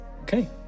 Okay